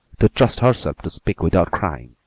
to trust herself to speak without crying,